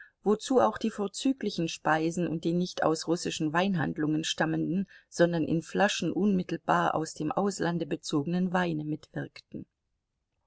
wozu auch die vorzüglichen speisen und die nicht aus russischen weinhandlungen stammenden sondern in flaschen unmittelbar aus dem auslande bezogenen weine mitwirkten